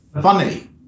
Funny